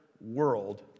world